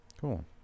Cool